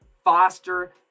Foster